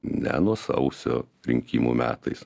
ne nuo sausio rinkimų metais